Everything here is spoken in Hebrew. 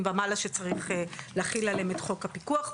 ומעלה שצריך להחיל עליהם את חוק הפיקוח.